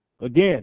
Again